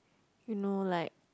you know like